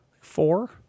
four